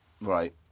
Right